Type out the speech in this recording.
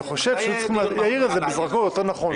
אני חושב שהיו צריכים להאיר את זה בזרקור יותר נכון,